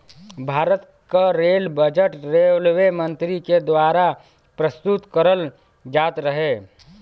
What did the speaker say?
भारत क rail budget railway मंत्री के दवारा प्रस्तुत करल जात रहे